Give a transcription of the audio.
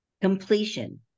completion